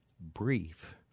brief